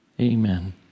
amen